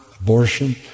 abortion